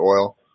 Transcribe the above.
oil